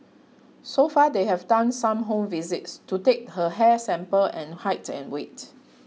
so far they have done some home visits to take her hair sample and height and weight